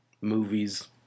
movies